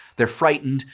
they're frightened,